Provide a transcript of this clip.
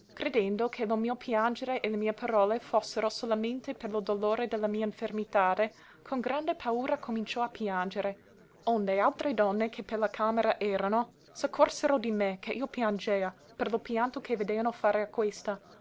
credendo che lo mio piangere e le mie parole fossero solamente per lo dolore de la mia infermitade con grande paura cominciò a piangere onde altre donne che per la camera erano s'accorsero di me che io piangea per lo pianto che vedeano fare a questa